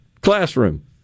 classroom